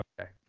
Okay